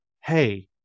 hey